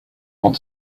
want